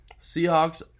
Seahawks